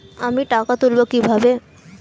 আমি টাকা তুলবো কি ভাবে?